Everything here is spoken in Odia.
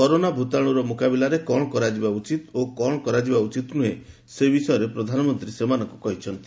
କରୋନା ଭୂତାଣୁର ମୁକାବିଲରେ କ'ଣ କରାଯିବା ଉଚିତ୍ ଓ କ'ଣ କରାଯିବା ଉଚିତ୍ ନୁହେଁ ସେ ବିଷୟରେ ପ୍ରଧାନମନ୍ତ୍ରୀ ସେମାନଙ୍କୁ କହିଚ୍ଚନ୍ତି